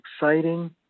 exciting